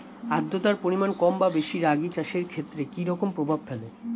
আদ্রতার পরিমাণ কম বা বেশি রাগী চাষের ক্ষেত্রে কি রকম প্রভাব ফেলে?